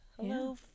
Hello